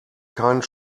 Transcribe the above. keinen